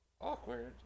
Awkward